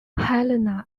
helena